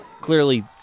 Clearly